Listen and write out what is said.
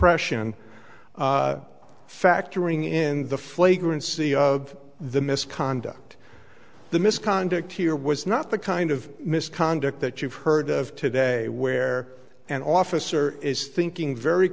suppression factoring in the flagrant c of the misconduct the misconduct here was not the kind of misconduct that you've heard of today where an officer is thinking very